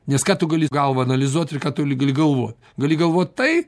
nes ką tu gali galvą analizuoti ir ką tu gali galvot gali galvot tai